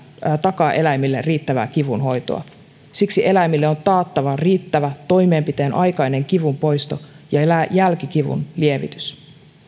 takaa eläimille riittävää kivunhoitoa siksi eläimille on taattava riittävä toimenpiteen aikainen kivunpoisto ja jälkikivunlievitys